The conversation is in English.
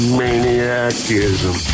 maniacism